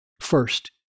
First